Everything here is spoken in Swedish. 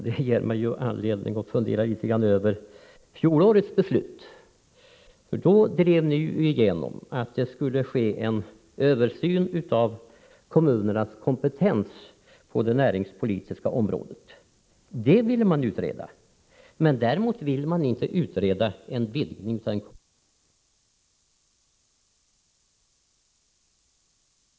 Det ger mig anledning att något fundera över fjolårets beslut. Då drev ni igenom att det skulle ske en översyn av kommunernas kompetens på det näringspolitiska området. Det ville man utreda. Däremot ville man inte utreda frågan om en vidgning av den kommunala kompetensen när det gällde kommunal vårdnadsersättning. Är inte det en logisk kullerbytta?